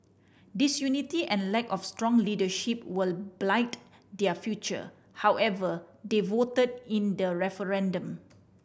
disunity and lack of strong leadership will blight their future however they voted in the referendum